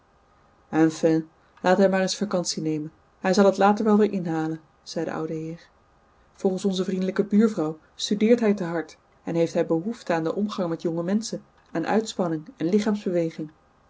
enfin laat hij maar eens vacantie nemen hij zal het later wel weer inhalen zei de oude heer volgens onze vriendelijke buurvrouw studeert hij te hard en heeft hij behoefte aan den omgang met jonge menschen aan uitspanning en lichaamsbeweging